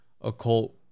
occult